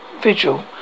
vigil